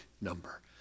number